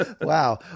Wow